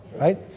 Right